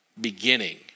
beginning